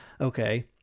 okay